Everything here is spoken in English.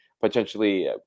potentially